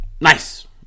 Nice